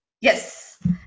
Yes